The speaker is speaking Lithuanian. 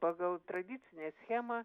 pagal tradicinę schemą